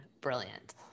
brilliant